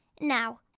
Now